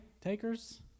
Takers